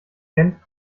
kennt